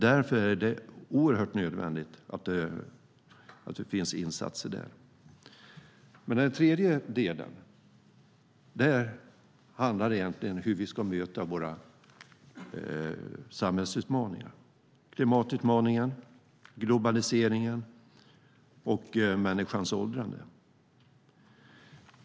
Därför är det oerhört nödvändigt att det finns insatser där. Den tredje delen handlar egentligen om hur vi ska möta våra samhällsutmaningar, klimatutmaningen, globaliseringen och människans åldrande.